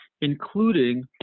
including